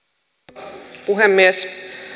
arvoisa puhemies